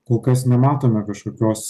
kol kas nematome kažkokios